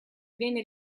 viene